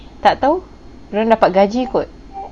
tak tahu dia orang dapat gaji kot